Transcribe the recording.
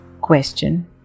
Question